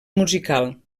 musical